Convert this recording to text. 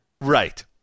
Right